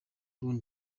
kundi